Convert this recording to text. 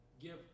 give